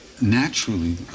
naturally